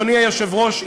אדוני היושב-ראש,